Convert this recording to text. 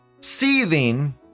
seething